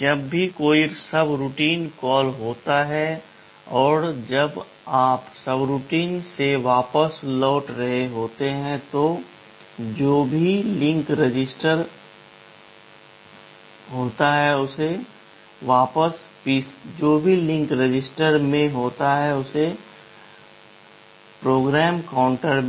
जब भी कोई सबरूटीन कॉल होता है और जब आप सबरूटीन से वापस लौट रहे होते हैं तो जो भी लिंक रजिस्टर होता है उसे वापस PC